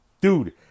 Dude